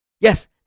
yes